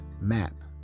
map